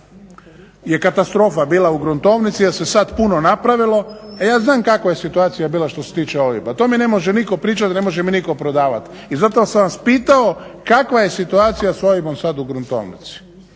je katastrofa bila u gruntovnici jer se sad puno napravilo, a ja znam kakva je situacija bila što se tiče ovdje, pa to mi ne može nitko pričat i ne može mi nitko prodavat i zato sam vas pitao kakva je situacija s OIB-om sad u gruntovnici